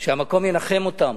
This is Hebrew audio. שהמקום ינחם אותם